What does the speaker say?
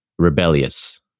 rebellious